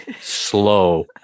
slow